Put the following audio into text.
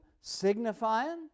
signifying